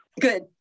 Good